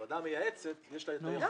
לוועדה המייעצת יש את היכולת --- אבל